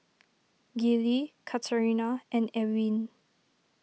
Gillie Katarina and Ewin